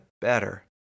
better